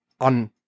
on